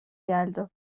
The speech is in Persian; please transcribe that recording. یلدا